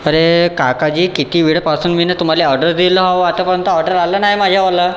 अरे काकाजी किती वेळेपासून मी न तुम्हाला ऑर्डर दिले आहो आतापर्यंत ऑर्डर आलं नाही माझ्यावालं